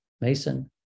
Mason